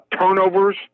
turnovers